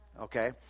Okay